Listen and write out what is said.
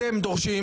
בואי נפריד.